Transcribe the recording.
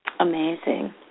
Amazing